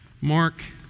Mark